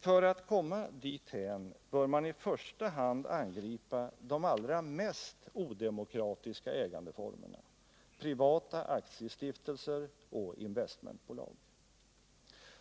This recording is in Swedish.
För att komma dithän bör man i första hand angripa de allra mest odemokratiska ägandeformerna — privata aktiestiftelser och investmentbolag.